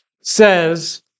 says